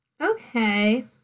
Okay